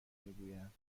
میگویند